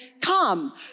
come